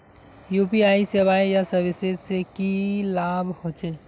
UPI सेवाएँ या services से की लाभ होचे?